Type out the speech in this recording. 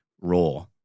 raw